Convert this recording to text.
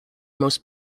most